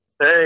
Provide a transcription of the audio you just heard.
Hey